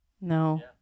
No